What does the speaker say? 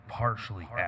partially